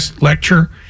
lecture